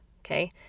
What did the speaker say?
Okay